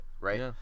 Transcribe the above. right